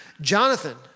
Jonathan